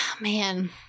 Man